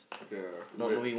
ya relax